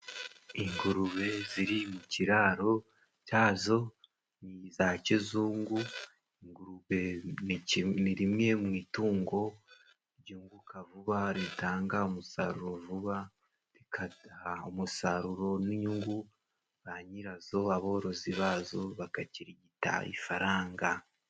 Ingurube ziri mu kiraro cyazo ni iza kizungu. Ingurube ni rimwe mu itungo ryunguka vuba, ritanga umusaruro vuba, rikaduha umusaruro n'inyungu, ba nyirazo aborozi bazo bagakirigita ifaranga.